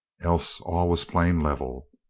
else all was plain level.